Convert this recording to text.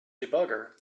debugger